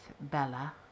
Bella